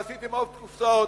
ועשיתם עוד קופסאות.